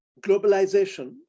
globalization